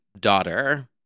daughter